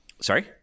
Sorry